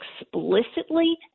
explicitly